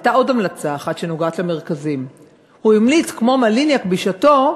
הייתה עוד המלצה: הוא המליץ, כמו מליניאק בשעתו,